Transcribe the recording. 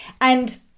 And-